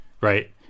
right